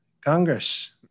Congress